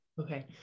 okay